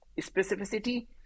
specificity